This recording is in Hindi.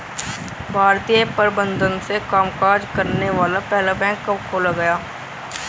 भारतीय प्रबंधन से कामकाज करने वाला पहला बैंक कब खोला गया?